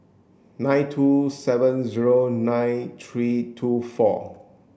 nine two seven zero nine three two four